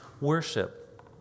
worship